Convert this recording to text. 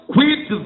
Quit